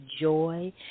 joy